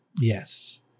Yes